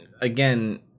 again